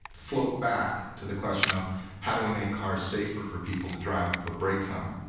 float back to the question of how do we make cars safer for people to drive? we put brakes on them.